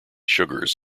sugars